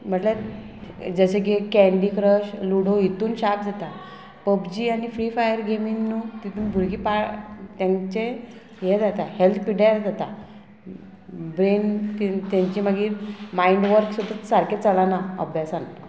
म्हटल्यार जशें की कँडी क्रश लुडो हितून शार्प जाता पब्जी आनी फ्री फायर गेमीन न्हू तितून भुरगीं पा तेंचे हें जाता हेल्थ पिड्यार जाता ब्रेन तेंची मागीर मायंड वर्क सुद्दां सारकें चलना अभ्यासान